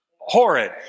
horrid